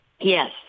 Yes